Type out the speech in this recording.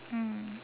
mm